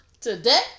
Today